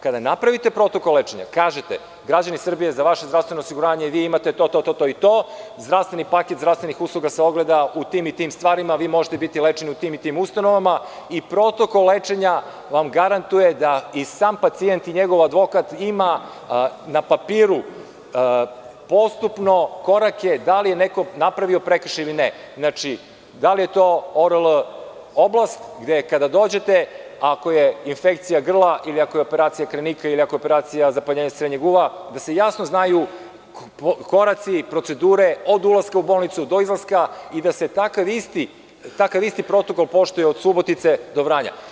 Kada napravite protokol lečenja, kažete – građani Srbije, za vaše zdravstveno osiguranje vi imate to, to i to, zdravstveni paket zdravstvenih usluga se ogleda u tim i tim stvarima, možete biti lečeni u tim i tim ustanovama i protokol lečenja vam garantuje da sam pacijent i njegov advokat ima na papiru postupno korake da li je neko napravio prekršaj ili ne, da li je to ORL oblast gde kada dođete ako je infekcija grla ili ako je operacija krajnika ili ako je operacija zapaljenja srednjeg uva, da se jasno znaju koraci i procedure od ulaska u bolnicu do izlaska i da se takav isti protokol poštuje od Subotice do Vranja.